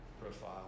profile